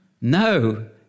No